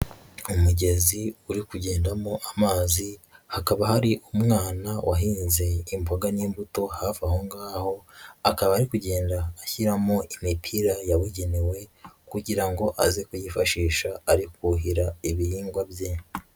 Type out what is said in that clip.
Umugezi uri kugendamo amazi, hakaba hari umwana wahinze imboga n'imbuto hafi aho ngaho, akaba ari kugenda ashyiramo imipira yabugenewe kugira ngo aze kuyifashisha ari kuhira ibihingwa bye.